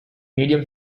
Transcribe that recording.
medium